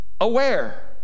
aware